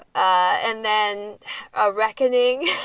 and then a reckoning,